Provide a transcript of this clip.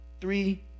Three